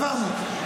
עברנו,